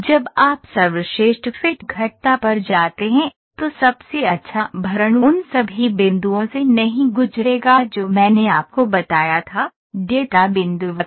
जब आप सर्वश्रेष्ठ फिट घटता पर जाते हैं तो सबसे अच्छा भरण उन सभी बिंदुओं से नहीं गुजरेगा जो मैंने आपको बताया था डेटा बिंदु वक्र